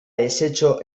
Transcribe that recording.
deshecho